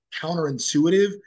counterintuitive